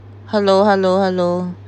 hello hello hello